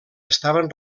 estaven